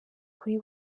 kuri